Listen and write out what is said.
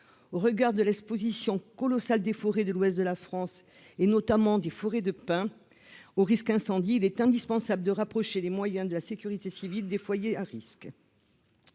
au regard de l'Exposition colossal des forêts de l'ouest de la France et notamment des forêts de pins au risque incendie, il est indispensable de rapprocher les moyens de la sécurité civile des foyers à risque